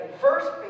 First